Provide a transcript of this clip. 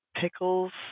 pickles